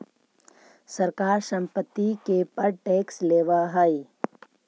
सरकार संपत्ति के पर टैक्स लेवऽ हई